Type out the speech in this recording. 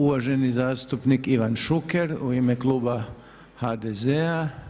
Uvaženi zastupnik Ivan Šuker u ime Kluba HDZ-a.